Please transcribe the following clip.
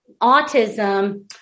autism